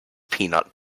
peanut